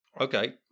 Okay